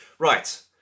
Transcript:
Right